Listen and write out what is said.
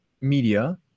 media